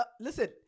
Listen